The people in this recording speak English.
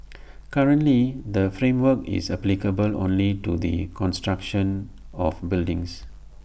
currently the framework is applicable only to the construction of buildings